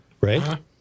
Right